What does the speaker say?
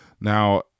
Now